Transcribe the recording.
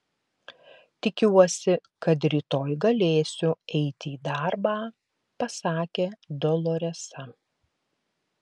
tikiuosi kad rytoj galėsiu eiti į darbą pasakė doloresa